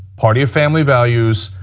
party of family values.